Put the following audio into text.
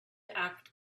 act